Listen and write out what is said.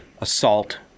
assault